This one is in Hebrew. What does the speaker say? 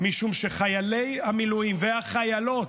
משום שחיילי המילואים והחיילות,